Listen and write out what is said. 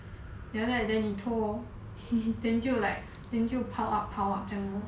then after that then 你拖 then 就 like then 就 pile up pile up 这样 lor